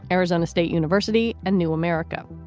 arizona state university and new america.